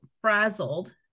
frazzled